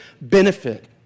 benefit